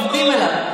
עובדים עליו.